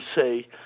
say